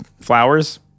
flowers